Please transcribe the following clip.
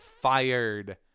fired